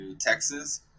Texas